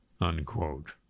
Unquote